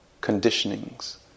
conditionings